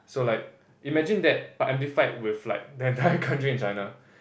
so like imagine that I've to fight with like the entire country in China